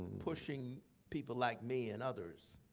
pushing people like me and others.